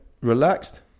relaxed